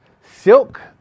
Silk